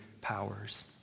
powers